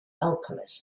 alchemist